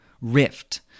rift